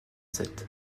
sept